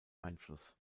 einfluss